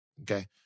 Okay